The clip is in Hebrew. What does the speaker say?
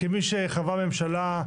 כמי שחווה ממשלה,